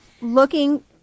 looking